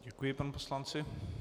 Děkuji panu poslanci.